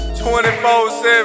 24-7